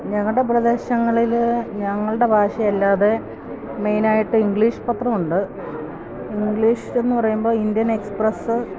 ഞങ്ങളുടെ പ്രദേശങ്ങളില് ഞങ്ങളുടെ ഭാഷയല്ലാതെ മെയിനായിട്ട് ഇംഗ്ലീഷ് പത്രമുണ്ട് ഇംഗ്ലീഷെന്ന് പറയുമ്പോള് ഇന്ത്യൻ എക്സ്പ്രെസ്സ്